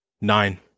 nine